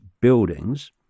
buildings